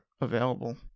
available